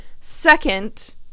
second